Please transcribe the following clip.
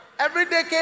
Everyday